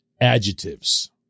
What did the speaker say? adjectives